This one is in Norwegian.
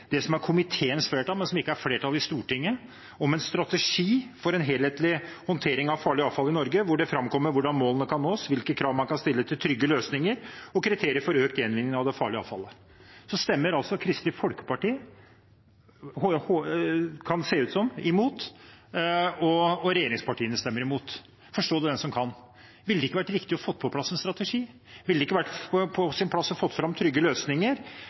Stortinget, om en helhetlig strategi for håndtering av farlig avfall i Norge, hvor det framkommer hvordan målene kan nås, hvilke krav man kan stille til trygge løsninger, og kriterier for økt gjenvinning av det farlige avfallet. Så stemmer altså Kristelig Folkeparti – kan det se ut som – imot, og regjeringspartiene imot. Forstå det den som kan. Ville det ikke vært riktig å få på plass en strategi? Ville det ikke vært på sin plass å få fram trygge løsninger